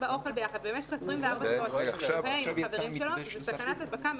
באוכל ביחד במשך 24 שעות ועם חבריו זו סכנת הדבקה מאוד גדולה.